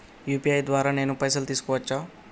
UPI ద్వారా నేను పైసలు తీసుకోవచ్చా?